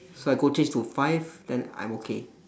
so I go change to five then I'm okay